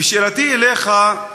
ושאלתי אליך,